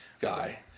guy